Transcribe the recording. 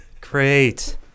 Great